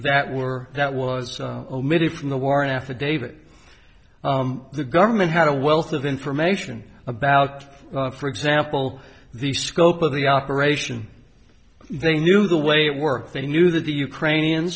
that were that was omitted from the warrant affidavit the government had a wealth of information about for example the scope of the operation they knew the way it worked they knew that the ukrainian